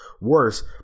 worse